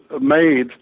made